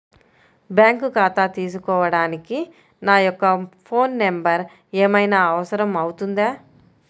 Bank ఖాతా తీసుకోవడానికి నా యొక్క ఫోన్ నెంబర్ ఏమైనా అవసరం అవుతుందా?